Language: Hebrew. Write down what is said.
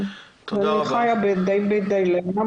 אני חיה די בלי אמון,